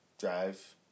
drive